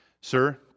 Sir